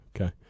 Okay